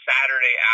Saturday